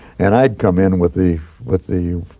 and i would come in with the with the